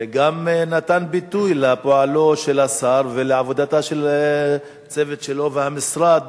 וגם נתנו ביטוי לפועלו של השר ולעבודה של הצוות שלו ושל המשרד